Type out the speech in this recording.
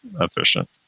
efficient